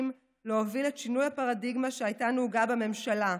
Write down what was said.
להוביל את שינוי הפרדיגמה שהייתה נהוגה בממשלה.